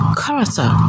character